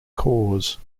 cause